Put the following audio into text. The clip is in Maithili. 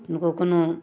ओहो कोनो